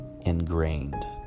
ingrained